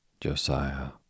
Josiah